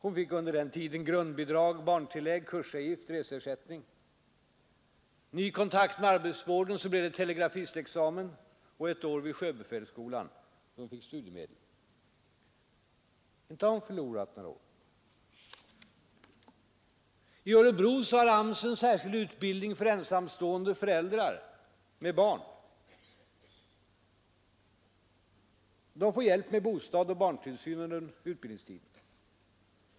Under den tiden fick hon grundbidrag, barntillägg, kursavgiften betald och reseersättning. Därefter blev det en ny kontakt med arbetsvården, och så tog hon telegrafistexamen, Sedan var hon ett år vid sjöbefälsskolan, och hon fick då studiemedel. Inte har hon förlorat några år. I Örebro har AMS en särskild utbildning för ensamstående föräldrar med barn. De får hjälp med bostad och barntillsyn under utbildningstiden.